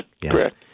Correct